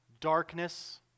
darkness